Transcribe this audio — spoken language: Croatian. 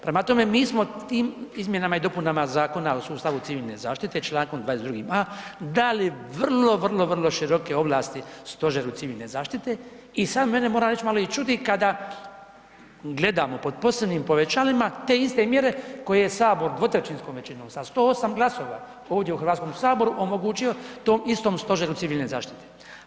Prema tome, mi smo tim izmjenama i dopunama Zakona o sustavu civilne zaštite, čl. 22.a. dali vrlo, vrlo, vrlo široke ovlasti Stožeru civilne zaštite i sad mene moram reć malo i čudi kada gledamo pod posebnim povećalima, te iste mjere koje je sabor dvotrećinskom većinom sa 108 glasova ovdje u HS omogućio tom istom Stožeru civilne zaštite.